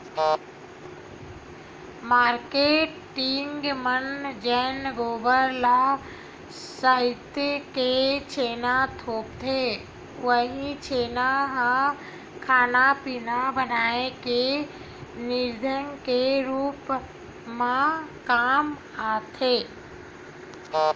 marketing मन जेन गोबर ल सइत के छेना थोपथे उहीं छेना ह खाना पिना बनाए के ईधन के रुप म काम आथे